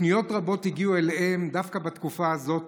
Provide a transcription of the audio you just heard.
פניות רבות הגיעו אליהם דווקא בתקופה הזאת